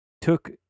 took